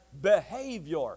behavior